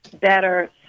better